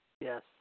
Yes